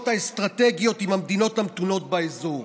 האסטרטגיות עם המדינות המתונות באזור.